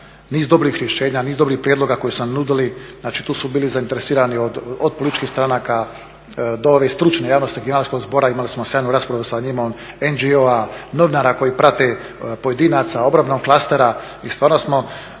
niz dobrih rješenja, niz dobrih prijedloga koje su nam nudili. Znači, tu su bili zainteresirani od političkih stranaka do ove stručne javnosti, … zbora, imali smo sjajnu raspravu sa njima, …, novinara koji prate, pojedinaca, … klastera i stvarno smo